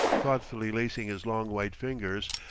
thoughtfully lacing his long white fingers,